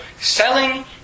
selling